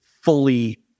fully